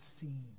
seen